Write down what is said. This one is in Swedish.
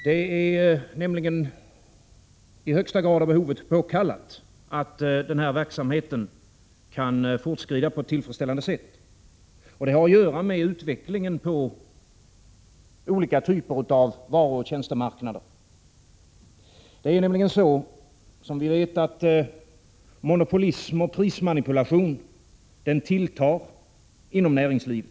Det är nämligen i högsta grad av behovet påkallat att denna verksamhet kan fortskrida på ett tillfredsställande sätt. Det har att göra med utvecklingen på olika typer av varuoch tjänstemarknader. Vi vet nämligen att monopolismen och prismanipulationen tilltar inom näringslivet. Prot.